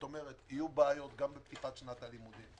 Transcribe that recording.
יהיו בעיות בפתיחת שנת הלימודים,